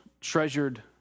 treasured